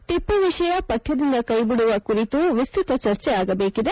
ಟಿಪ್ಪು ವಿಷಯ ಪಕ್ಷದಿಂದ ಕೈಬಿಡುವ ಕುರಿತು ವಿಸ್ತತ ಚರ್ಚೆ ಆಗಬೇಕಿದೆ